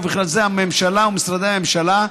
ובכלל זה הממשלה ומשרדי הממשלה,